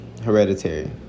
hereditary